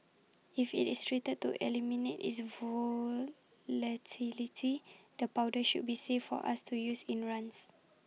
if IT is treated to eliminate its volatility the powder should be safe for us to use in runs